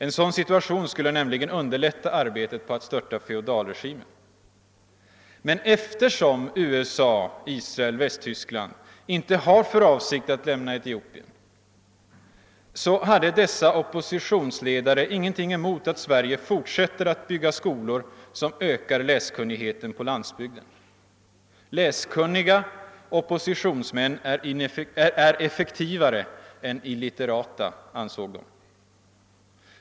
En sådan situation skulle nämligen underlätta arbetet på att störta feodalregimen. Men eftersom USA, Israel och Västtyskland inte har för avsikt att lämna Etiopien, så hade dessa oppositionsledare ingenting emot att Sverige fortsätter att bygga skolor som ökar läskunnigheten på landsbygden. Läskunniga oppositionsmän är effektivare än illitterata, ansåg de.